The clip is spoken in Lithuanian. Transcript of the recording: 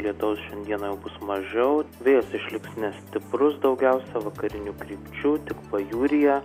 lietaus šiandieną jau bus mažiau vėjas išliks nestiprus daugiausia vakarinių krypčių tik pajūryje